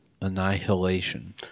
Annihilation